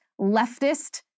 leftist